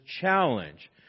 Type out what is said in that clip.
challenge